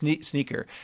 sneaker